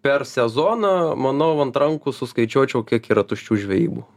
per sezoną manau ant rankų suskaičiuočiau kiek yra tuščių žvejybų